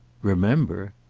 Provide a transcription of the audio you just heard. remember?